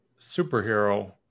superhero